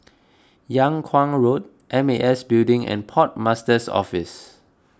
Yung Kuang Road M A S Building and Port Master's Office